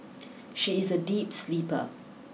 she is a deep sleeper